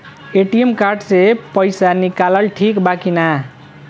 ATM card से पईसा निकालल ठीक बा की ना?